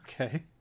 Okay